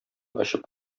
очып